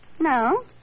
No